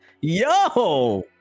yo